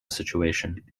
situation